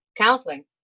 counseling